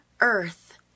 earth